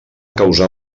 causar